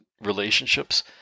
relationships